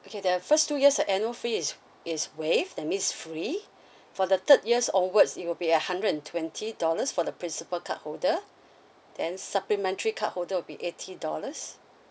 okay the first two years the annual fee is is waive that means free for the third years onwards it will be at hundred and twenty dollars for the principal card holder then supplementary card holder will be eighty dollars